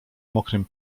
mokrym